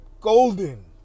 golden